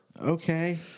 Okay